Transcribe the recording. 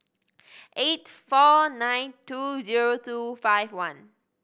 eight four nine two zero two five one